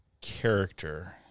character